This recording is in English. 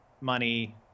money